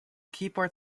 keyboard